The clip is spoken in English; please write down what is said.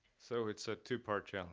so it's a two-part yeah ah